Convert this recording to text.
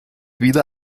wieder